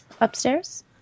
upstairs